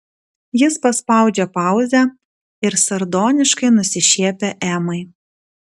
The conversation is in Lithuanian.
jis paspaudžia pauzę ir sardoniškai nusišiepia emai